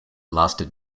lasted